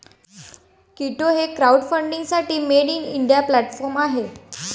कीटो हे क्राउडफंडिंगसाठी made in India platform आहे